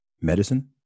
medicine